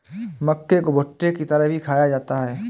मक्के को भुट्टे की तरह भी खाया जाता है